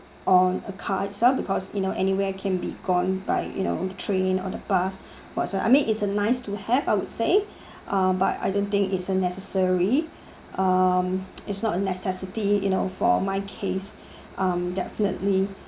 on a car itself because you know anywhere can be gone by you know the train or the bus whatsoever I mean it's a nice to have I would say uh but I don't think it's a necessary um it's not a necessity you know for my case uh definitely